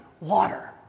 water